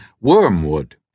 wormwood